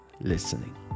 listening